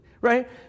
right